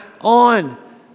on